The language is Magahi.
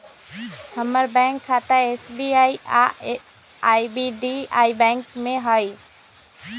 हमर बैंक खता एस.बी.आई आऽ आई.डी.बी.आई बैंक में हइ